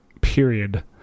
Period